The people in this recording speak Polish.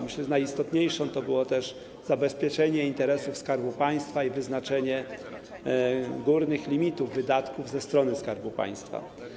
Myślę, że najistotniejszą było zabezpieczenie interesu Skarbu Państwa i wyznaczenie górnych limitów wydatków ze strony Skarbu Państwa.